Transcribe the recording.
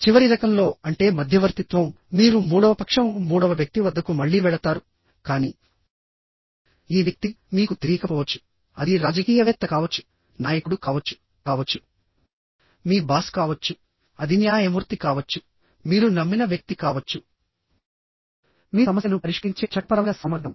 చివరి రకంలో అంటే మధ్యవర్తిత్వం మీరు మూడవ పక్షం మూడవ వ్యక్తి వద్దకు మళ్ళీ వెళతారు కానీఈ వ్యక్తి మీకు తెలియకపోవచ్చు అది రాజకీయవేత్త కావచ్చు నాయకుడు కావచ్చు కావచ్చు మీ బాస్ కావచ్చు అది న్యాయమూర్తి కావచ్చు మీరు నమ్మిన వ్యక్తి కావచ్చుమీ సమస్యను పరిష్కరించే చట్టపరమైన సామర్థ్యం